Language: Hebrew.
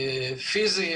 הפיזי,